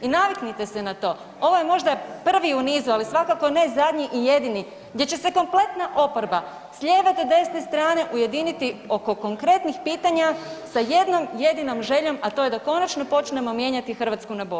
I naviknite se na to, ovo je možda prvi u nizu, ali svakako ne zadnji i jedini gdje ćse se kompletna oporba s lijeve do desne strane ujediniti oko konkretnih pitanja sa jednom jedinom željom, a to je da konačno počnemo mijenjati Hrvatsku na bolje.